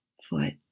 foot